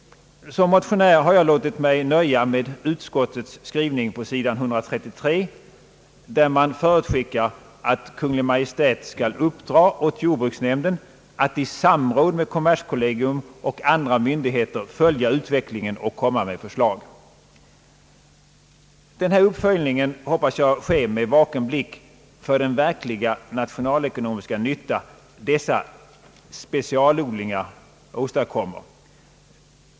Som motionär har jag låtit mig nöja med utskottets skrivning på sid. 133, där man förutskickar att Kungl. Maj:t skall uppdra åt jordbruksnämnden att i samråd med kommerskollegium och andra myndigheter följa utvecklingen och komma med förslag. Denna uppföljning hoppas jag sker med vaken blick för den verkliga nationalekonomiska nytta dessa specialodlingar åstadkommer.